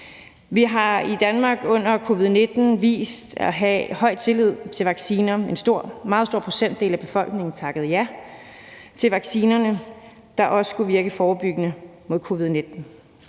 Vi har i Danmark under covid-19 vist, at vi har høj tillid til vacciner. En meget stor procentdel af befolkningen takkede ja til vaccinerne, der også skulle virke forebyggende mod covid-19.